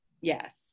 yes